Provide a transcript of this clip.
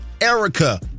Erica